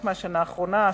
רק מהשנה האחרונה,